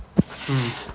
mm